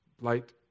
light